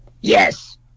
Yes